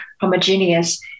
homogeneous